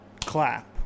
clap